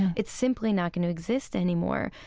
it's simply not going to exist anymore.